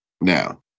Now